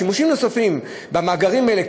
שימושים נוספים במאגרים האלה,